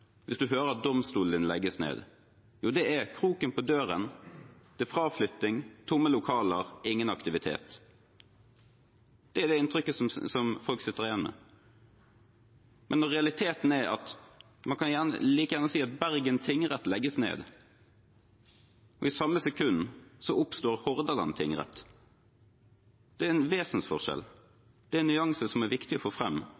hvis man hører at domstolen legges ned? Jo, det er kroken på døren, fraflytting, tomme lokaler, ingen aktivitet. Det er det inntrykket folk sitter igjen med. Men realiteten er at man like gjerne kan si at Bergen tingrett legges ned, og i samme sekund oppstår Hordaland tingrett. Det er en vesensforskjell; det er en nyanse som er viktig å få frem.